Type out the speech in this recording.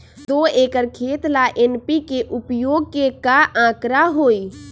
दो एकर खेत ला एन.पी.के उपयोग के का आंकड़ा होई?